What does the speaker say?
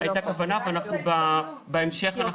הייתה כוונה, בהמשך אנחנו